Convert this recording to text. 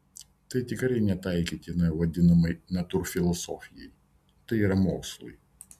tai tikrai netaikytina vadinamajai natūrfilosofijai tai yra mokslui